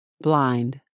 blind